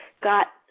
got